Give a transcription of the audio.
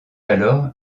alors